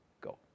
go